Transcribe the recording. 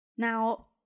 Now